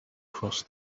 crossed